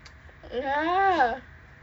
ya